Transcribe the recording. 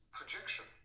projection